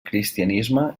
cristianisme